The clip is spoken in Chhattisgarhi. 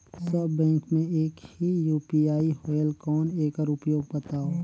सब बैंक मे एक ही यू.पी.आई होएल कौन एकर उपयोग बताव?